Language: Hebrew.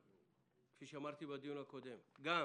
כפי שאמרתי בדיון הקודם, גם